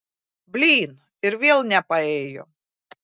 blyn ir vėl nepaėjo